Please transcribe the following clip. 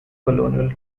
colonial